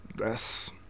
Yes